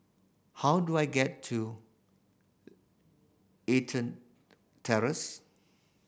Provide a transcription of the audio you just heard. how do I get to Terrace